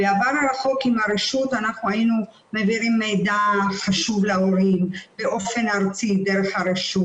בעבר הרחוק אנחנו היינו מעבירים מידע חשוב להורים באופן ארצי דרך הרשות.